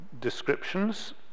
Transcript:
descriptions